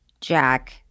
Jack